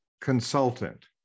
consultant